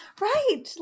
right